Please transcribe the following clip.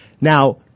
Now